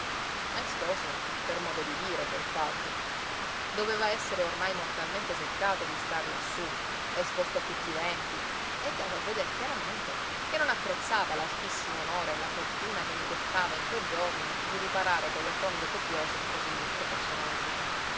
maestoso per modo di dire quel faggio doveva essere ormai mortalmente seccato di star lassú esposto a tutti i venti e dava a veder chiaramente che non apprezzava l'altissimo onore e la fortuna che gli toccava in quei giorni di riparare con le fronde copiose un cosí illustre personaggio